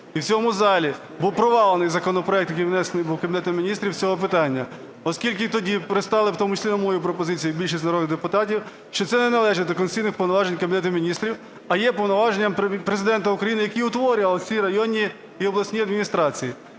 І в цьому залі був провалений законопроект, який внесений був Кабінетом Міністрів, з цього питання. Оскільки тоді пристали в тому числі на мою пропозицію більшість народних депутатів, що це не належить до конституційних повноважень Кабінету Міністрів, а є повноваженням Президента України, який утворював ці районні і обласні адміністрації.